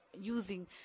using